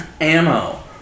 Ammo